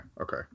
Okay